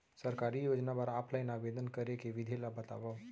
सरकारी योजना बर ऑफलाइन आवेदन करे के विधि ला बतावव